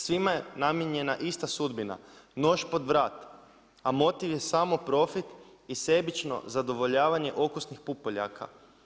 Svima je namijenjena ista sudbina, nož pod vrat, a motiv je samo profit i sebično zadovoljavanje okusnih pupoljaka.